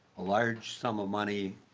a large sum of money.